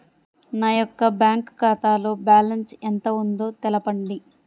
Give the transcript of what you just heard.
నా యొక్క బ్యాంక్ ఖాతాలో బ్యాలెన్స్ ఎంత ఉందో తెలపండి?